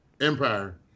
Empire